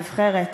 הנבחרת,